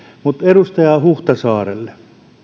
mutta edustaja huhtasaarelle